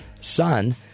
son